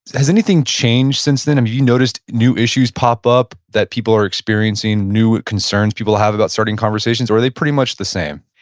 has anything changed since then? have you noticed new issues pop up that people are experiencing? new concerns people have about starting conversations? or, are they pretty much the same?